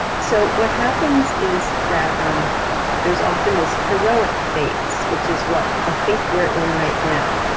so what happens is that um there's often this heroic phase which is what i think we're in right now.